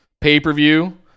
pay-per-view